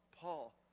Paul